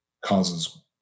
causes